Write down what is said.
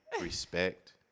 respect